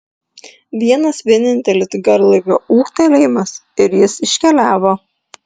vienas vienintelis garlaivio ūktelėjimas ir jis iškeliavo